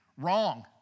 wrong